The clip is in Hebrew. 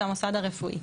זה המוסד הרפואי.